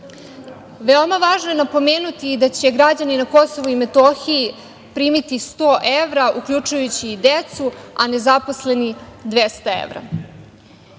je važno napomenuti da će građani na KiM primiti 100 evra, uključujući i decu, a nezaposleni 200 evra. Ja